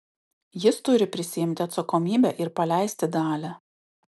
jis turi prisiimti atsakomybę ir paleisti dalią